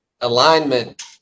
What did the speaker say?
alignment